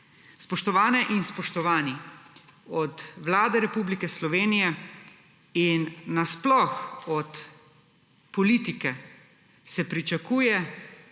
Spoštovane in spoštovani, od Vlada Republike Slovenije in sploh od politike se pričakuje,